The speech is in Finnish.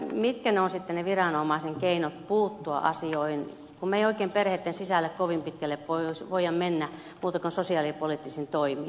mitkä ovat sitten ne viranomaisen keinot puuttua asioihin kun me emme oikein perheitten sisälle kovin pitkälle voi mennä muuta kuin sosiaalipoliittisin toimin